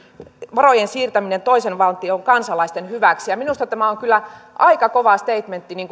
varojen siirtäminen toisen valtion kansalaisten hyväksi minusta tämä on kyllä aika kova steitmentti